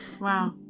Wow